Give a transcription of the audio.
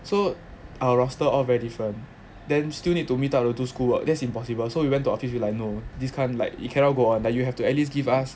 so our roster all very different then still need to meet up to do school work that's impossible so we went to the office we like no this can't like it cannot go on like you have to at least give us